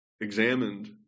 examined